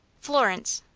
florence.